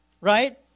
Right